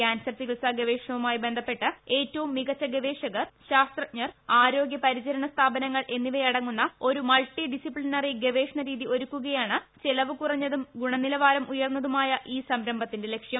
cancer ചികിത്സാ ഗവേഷണവുമായി ബുസ്പ്പെട്ട് ഏറ്റവും മികച്ചു ഗവേഷകർ ശാസ്ത്രജ്ഞർ ആരോഗ്യപരിചരണ സ്ഥാപനങ്ങൾ എന്നിവയടങ്ങുന്ന ഒരു മൾട്ടി ഡിസിപ്ലിനറി ഗവേഷണ രീതി ഒരുക്കുകയാണ് ചെലവു കുറഞ്ഞതും ഗുണനിലവാരം ഉയർന്നതുമായി ഈ സംരംഭത്തിന്റെ ലക്ഷ്യം